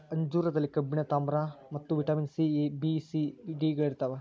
ಅಂಜೂರದಲ್ಲಿ ಕಬ್ಬಿಣ ತಾಮ್ರ ಮತ್ತು vitamin A B C D ಗಳಿರ್ತಾವ